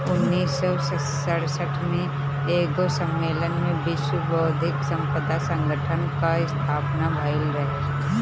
उन्नीस सौ सड़सठ में एगो सम्मलेन में विश्व बौद्धिक संपदा संगठन कअ स्थापना भइल रहे